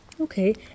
Okay